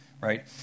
right